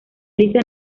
lisa